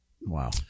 Wow